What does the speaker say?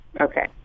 Okay